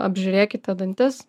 apžiūrėkite dantis